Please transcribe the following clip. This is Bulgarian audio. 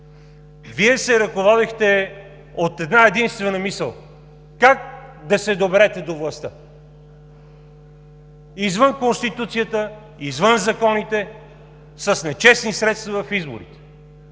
Вие се ръководехте от една-единствена мисъл: как да се доберете до властта извън Конституцията, извън законите, с нечестни средства в изборите.